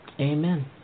Amen